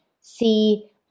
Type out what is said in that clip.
see